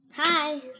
Hi